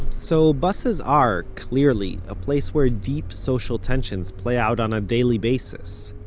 so buses are, clearly, a place where deep social tensions play out, on a daily basis.